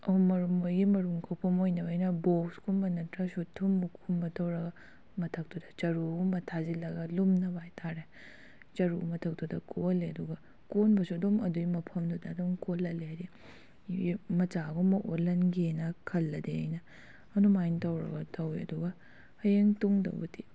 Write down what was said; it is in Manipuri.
ꯑ ꯃꯔꯨꯝ ꯃꯣꯏꯒꯤ ꯃꯔꯨꯝ ꯀꯣꯛꯄ ꯃꯣꯏꯅ ꯑꯣꯏꯅ ꯕꯣꯛꯁꯀꯨꯝꯕ ꯅꯠꯇ꯭ꯔꯁꯨ ꯊꯨꯝꯃꯣꯛꯈꯨꯝꯕ ꯇꯧꯔꯒ ꯃꯊꯛꯇꯨꯗ ꯆꯔꯨꯒꯨꯝꯕ ꯊꯥꯖꯤꯜꯂꯒ ꯂꯨꯝꯅꯕ ꯍꯥꯏꯇꯥꯔꯦ ꯆꯔꯨ ꯃꯊꯛꯇꯨꯗ ꯀꯣꯛꯍꯜꯂꯦ ꯑꯗꯨꯒ ꯀꯣꯟꯕꯁꯨ ꯑꯗꯨꯝ ꯑꯗꯨꯒꯤ ꯃꯐꯝꯗꯨꯗ ꯑꯗꯨꯝ ꯀꯣꯜꯍꯜꯂꯦ ꯍꯥꯏꯗꯤ ꯃꯆꯥꯒꯨꯝ ꯑꯣꯜꯍꯟꯒꯦꯅ ꯈꯜꯂꯗꯤ ꯑꯩꯅ ꯑꯗꯨꯃꯥꯏꯅ ꯇꯧꯔꯒ ꯇꯧꯏ ꯑꯗꯨꯒ ꯍꯌꯦꯡ ꯇꯨꯡꯗꯕꯨꯗꯤ